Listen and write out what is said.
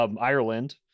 Ireland